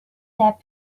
that